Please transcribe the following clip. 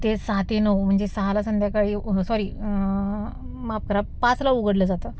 ते सहा ते नऊ म्हणजे सहाला संध्याकाळी सॉरी माफ करा पाचला उघडलं जातं